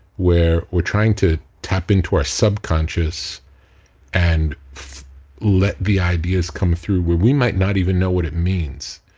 where we're trying to tap into our subconscious and let the ideas come through where we might not even know what it means.